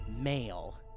male